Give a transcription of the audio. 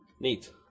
Neat